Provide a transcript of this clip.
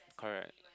correct